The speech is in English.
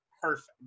perfect